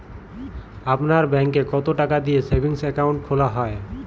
আপনার ব্যাংকে কতো টাকা দিয়ে সেভিংস অ্যাকাউন্ট খোলা হয়?